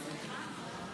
הרחבת הגדרת הגזענות),